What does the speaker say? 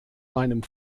meinem